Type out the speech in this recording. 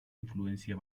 influencia